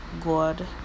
God